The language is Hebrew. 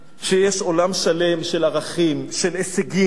שיש עולם שלם של ערכים, של הישגים,